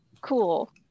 cool